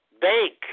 bank